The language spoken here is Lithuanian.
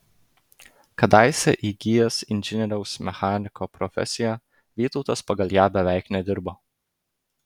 kadaise įgijęs inžinieriaus mechaniko profesiją vytautas pagal ją beveik nedirbo